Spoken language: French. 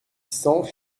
cents